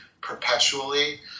perpetually